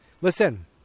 Listen